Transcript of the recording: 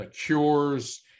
cures